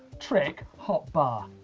trick, hop bar.